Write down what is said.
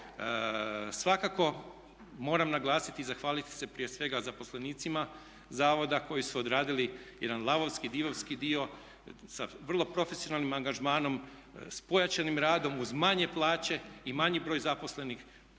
Svakako moram naglasiti i zahvaliti se prije svega zaposlenicima zavoda koji su odradili jedan lavovski, divovski dio sa vrlo profesionalnim angažmanom, s pojačanim radom uz manje plaće i manji broj zaposlenih